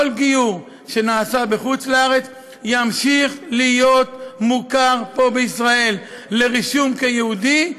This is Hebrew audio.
כל גיור שנעשה בחוץ-לארץ ימשיך להיות מוכר פה בישראל לרישום כיהודי,